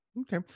Okay